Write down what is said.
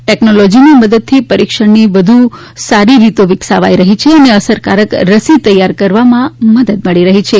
ટેકનોલોજીની મદદથી પરીક્ષણની વધુ સારી રીતો વિકસાવાઇ રહી છે અને અસરકારક રસી તૈયાર કરવામાં મદદ મળી રહી છે